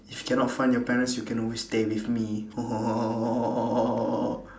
if cannot find your parents you can always stay with me